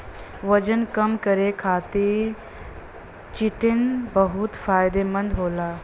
वजन कम करे खातिर चिटिन बहुत फायदेमंद होला